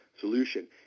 solution